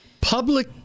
Public